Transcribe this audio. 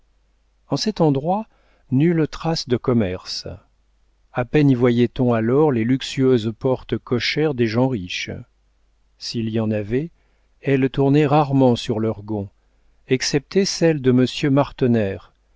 en cet endroit nulle trace de commerce a peine y voyait-on alors les luxueuses portes cochères des gens riches s'il y en avait elles tournaient rarement sur leurs gonds excepté celle de monsieur martener